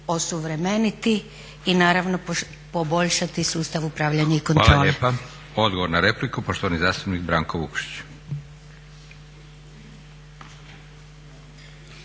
osuvremeniti i naravno poboljšati sustav upravljanja i kontrole. **Leko, Josip (SDP)** Hvala lijepa. Odgovor na repliku poštovani zastupnik Branko Vukšić.